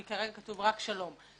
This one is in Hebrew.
כי כרגע כתוב רק שלום.